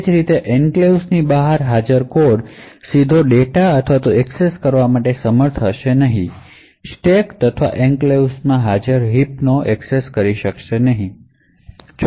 એ જ રીતે એન્ક્લેવ્સ ની બહાર હાજર કોડ સીધા ડેટા જે સ્ટેક અથવા એન્ક્લેવ્સ માં હાજર હીપમાં છે તેને એક્સેસ કરવા માટે સમર્થ હશે નહીં